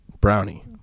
Brownie